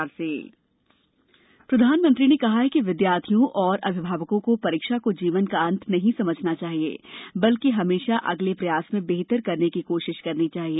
परीक्षा पे चर्चा प्रधानमंत्री ने कहा है कि विद्यार्थियों और अभिभावकों को परीक्षा को जीवन का अंत नहीं समझना चाहिए बल्कि हमेश अगले प्रयास में बेहतर करने की कोशिश करनी चाहिए